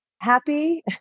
happy